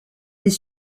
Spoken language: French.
est